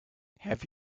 have